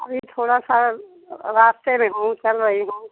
अभी थोड़ा सा रास्ते में हूँ चल रही हूँ